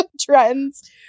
trends